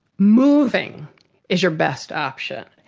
moving is your best option.